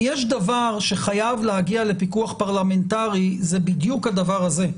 אבל אם יש דבר שחייב להגיע לפיקוח פרלמנטרי זה בדיוק הדבר הזה.